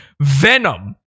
venom